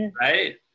Right